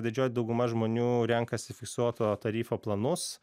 didžioji dauguma žmonių renkasi fiksuoto tarifo planus